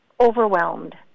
overwhelmed